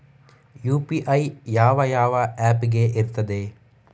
UPI ಯಾವ ಯಾವ app ಗೆ ಇರ್ತದೆ?